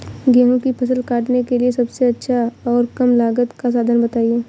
गेहूँ की फसल काटने के लिए सबसे अच्छा और कम लागत का साधन बताएं?